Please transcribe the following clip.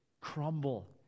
crumble